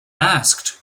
asked